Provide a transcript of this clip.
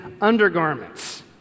undergarments